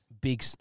big